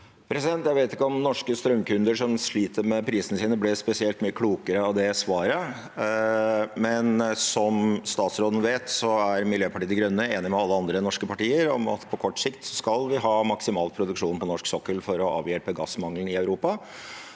Jeg vet ikke om norske strømkunder som sliter med prisene, ble spesielt mye klokere av det svaret. Som statsråden vet, er Miljøpartiet De Grønne enig med alle andre norske partier om at vi på kort sikt skal ha maksimal produksjon på norsk sokkel for å avhjelpe gassmangelen i Europa.